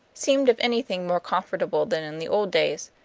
seemed if anything more comfortable than in the old days.